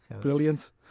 brilliant